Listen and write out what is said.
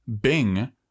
Bing